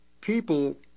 People